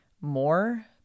more